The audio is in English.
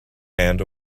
hand